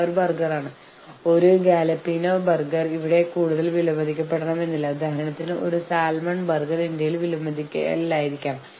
നമ്മളുടെ സ്രോതസ്സുകളെ കുറിച്ചും നമ്മളുടെ പരിമിതികളെക്കുറിച്ചും കഴിയുന്നത്ര വിവരങ്ങൾ പങ്കിടാൻ ഇത് എല്ലായ്പ്പോഴും സഹായിക്കുന്നു